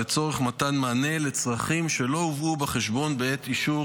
לצורך מתן מענה לצרכים שלא הובאו בחשבון בעת אישור